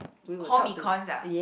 home econs ah